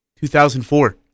2004